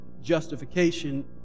justification